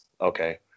Okay